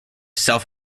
self